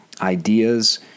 ideas